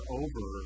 over